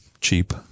cheap